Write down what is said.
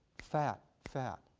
fat, fat.